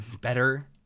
better